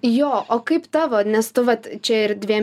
jo o kaip tavo nes tu vat čia ir dviem